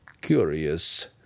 Curious